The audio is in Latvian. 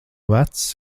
vecs